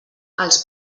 els